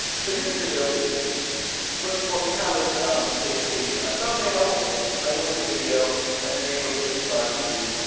so here's a video, like what what we have is basically a thumbnail. the title of the video and the name of the describer who